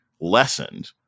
lessened